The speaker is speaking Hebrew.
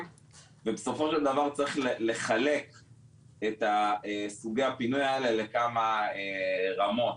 ובסופו של דבר צריך לחלק את סוגי הפינוי האלה לכמה רמות,